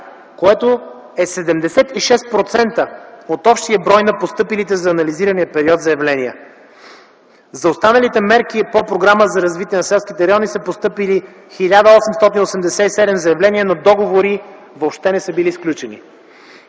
което е 76% от общия брой на постъпилите за анализирания период заявления. За останалите мерки по Програмата за развитие на селските райони са постъпили 1 887 заявления, но договори въобще не са били сключени.